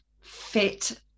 fit